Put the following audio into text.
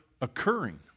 occurring